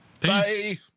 Bye